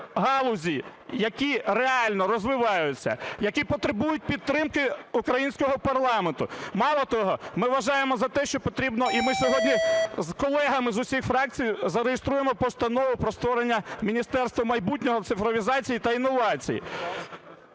галузі, які реально розвиваються, які потребують підтримки українського парламенту, мало того, ми вважаємо за те, що потрібно і ми сьогодні з колегами з усією фракцією зареєструємо постанову про створення міністерства майбутнього, цифровізації та інновацій.